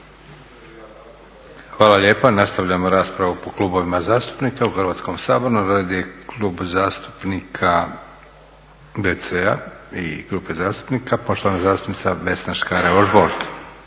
Hvala lijepa. Nastavljamo raspravu po klubovima zastupnika u Hrvatskom saboru. Na redu je Klub zastupnika DC-a i grupe zastupnika, poštovana zastupnica Vesna Škare-Ožbolt.